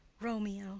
romeo,